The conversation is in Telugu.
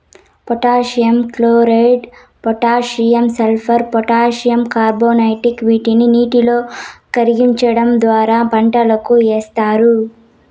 potassium chloride, potassium sulphate, potassium carbonate వీటిని నీటిలో కరిగించడం ద్వారా పంటలకు ఏస్తారు